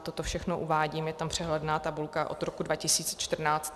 Toto všechno uvádím, je tam přehledná tabulka od roku 2014.